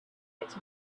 its